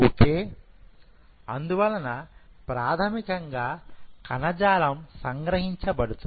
కే అందువలన ప్రాథమికంగా కణజాలం సంగ్రహించబడుతుంది